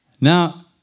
Now